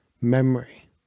memory